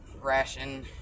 ration